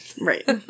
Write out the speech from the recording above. right